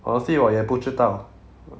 honestly 我也不知道